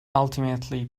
ultimately